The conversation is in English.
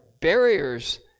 barriers